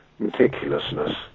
meticulousness